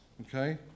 okay